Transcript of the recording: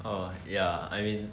eh ya I mean